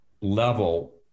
level